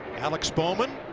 alex bowman,